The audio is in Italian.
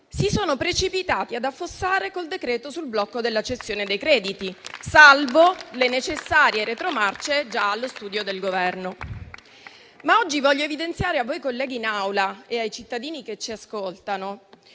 si sono precipitati ad affossarla, col decreto sul blocco della cessione dei crediti, salvo le necessarie retromarce già allo studio del Governo. Oggi voglio evidenziare, a voi colleghi in Aula e ai cittadini che ci ascoltano,